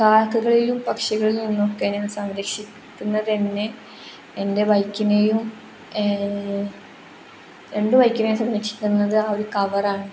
കാക്കകളിലും പക്ഷികളിലും നിന്നൊക്കെ ഞാൻ സംരക്ഷിക്കുന്നത് തന്നെ എൻ്റെ വൈക്കിനെയും രണ്ട് വൈക്കിനെയും സംരക്ഷിക്കുന്നത് ആ ഒരു കവറാണ്